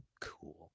cool